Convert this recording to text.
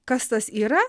kas tas yra